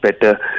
better